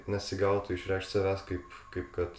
nesigautų išreikšt savęs kaip kaip kad